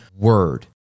word